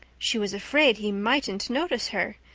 she was afraid he mightn't notice her.